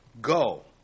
go